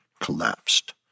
collapsed